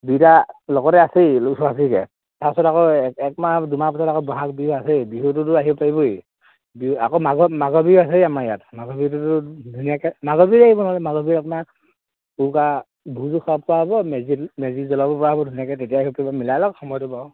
দুইটা লগতে আছেই ওচৰা ওচৰিকে তাৰপিছত আকৌ একমাহ দুমাহ পাছত আকৌ বহাগ বিহু আছেই বিহুটোতো আহিব পাৰিবই বিহু আকৌ মাঘৰ মাঘৰ বিহু আছেই আমাৰ ইয়াত মাঘ বিহুটোতো ধুনীয়াকে মাঘৰ বিহুত আহিব নহ'লে মাঘ বিহু আপোনাৰ উৰুকা ভোজো খাব পৰা হ'ব মেজিত মেজি জ্বলাব পৰা হ'ব ধুনীয়াকে তেতিয়া আহিব পাৰিব মিলাই লওক সময়টো বাৰু